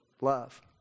love